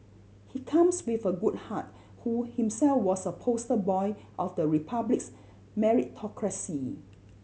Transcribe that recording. he comes with a good heart who himself was a poster boy of the Republic's meritocracy